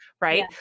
right